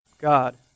God